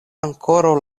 ankoraŭ